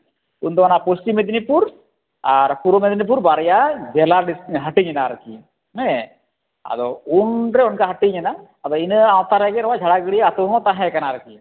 ᱩᱱ ᱫᱚ ᱚᱱᱟ ᱯᱚᱥᱪᱤᱢ ᱢᱮᱫᱽᱱᱤᱯᱩᱨ ᱟᱨ ᱯᱩᱨᱩᱵᱽ ᱢᱮᱫᱽᱱᱤᱯᱩᱨ ᱵᱟᱨᱭᱟ ᱡᱮᱞᱟ ᱦᱟᱹᱴᱤᱧᱮᱱᱟ ᱟᱨᱠᱤ ᱦᱮᱸ ᱟᱫᱚ ᱩᱱ ᱨᱮ ᱚᱱᱠᱟ ᱦᱟᱹᱴᱤᱧᱮᱱᱟ ᱟᱫᱚ ᱤᱱᱟᱹ ᱟᱣᱛᱟ ᱨᱮᱜᱮ ᱱᱚᱜᱼᱚᱭ ᱡᱷᱟᱲᱟᱜᱟᱹᱲᱭᱟᱹ ᱟᱛᱳ ᱦᱚᱸ ᱛᱟᱦᱮᱸᱠᱟᱱᱟ